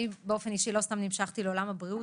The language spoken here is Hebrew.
אני באופן אישי לא סתם נמשכתי לעולם הבריאות.